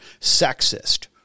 sexist